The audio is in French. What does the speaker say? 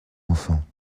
enfants